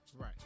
Right